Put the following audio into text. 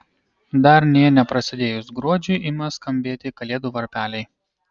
dar nė neprasidėjus gruodžiui ima skambėti kalėdų varpeliai